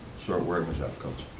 short word, i'm a job coach.